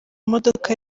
modoka